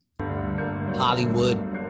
Hollywood